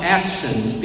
actions